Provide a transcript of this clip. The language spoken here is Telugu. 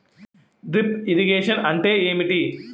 డ్రిప్ ఇరిగేషన్ అంటే ఏమిటి?